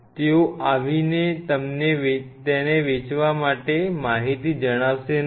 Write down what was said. તેઓ આવીને તમને તેને વેચ વા માટે માહિતી જણાવશે નહીં